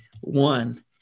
one